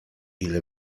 ile